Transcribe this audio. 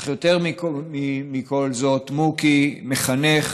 אך יותר מכל זאת מוקי מחנך